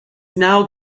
now